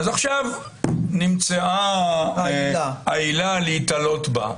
אז עכשיו נמצאה העילה להיתלות בה.